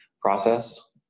process